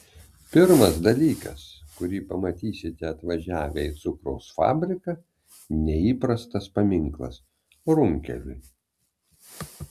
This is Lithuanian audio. pirmas dalykas kurį pamatysite atvažiavę į cukraus fabriką neįprastas paminklas runkeliui